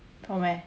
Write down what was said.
from where